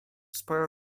sporo